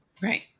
right